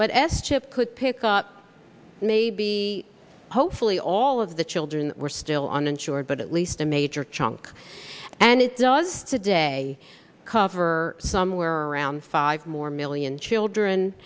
but s chip could pick up maybe hopefully all of the children were still on insured but at least a major chunk and it does today cover somewhere around five more million children